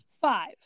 Five